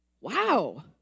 Wow